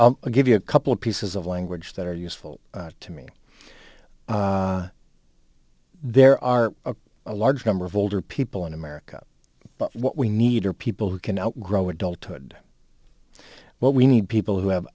elders give you a couple of pieces of language that are useful to me there are a large number of older people in america but what we need are people who can outgrow adulthood but we need people who have